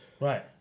right